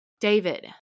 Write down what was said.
David